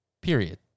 period